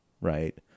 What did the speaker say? right